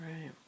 Right